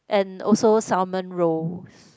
and also salmon roe